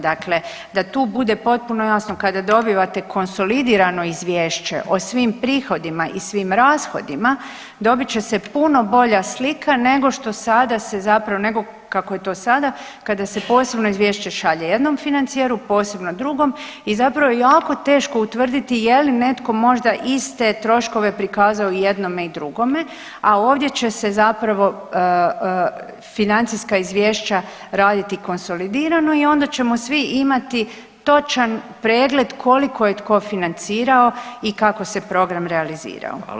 Dakle da tu bude potpuno jasno, kada dobivate konsolidirano izvješće o svim prihodima i svim rashodima, dobit će puno bolja slika nego što sada se zapravo, nego kako je to sada, kada se posebno izvješće šalje jednom financijeru, posebno drugom i zapravo je jako teško utvrditi je li netko možda iste troškove prikazao i jednome i drugove, a ovdje će se zapravo financijska izvješća raditi konsolidirano i onda ćemo svi imati točan pregled koliko je tko financirao i kako se program realizirao.